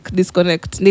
disconnect